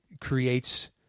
creates